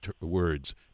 words